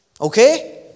Okay